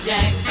Jack